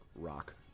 rock